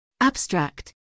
Abstract